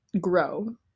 grow